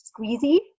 squeezy